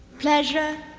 pleasure,